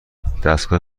دستگاه